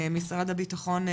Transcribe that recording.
משרד הבטחון,